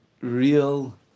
real